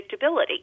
predictability